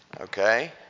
Okay